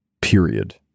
period